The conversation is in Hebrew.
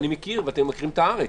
ואתם מכירים את הארץ,